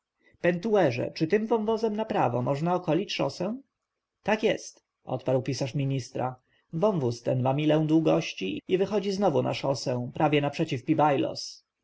pentuerze czy tym wąwozem na prawo można okolić szosę tak jest odparł pisarz ministra wąwóz ten ma milę długości i wychodzi znowu na szosę prawie naprzeciw